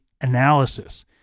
analysis